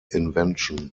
invention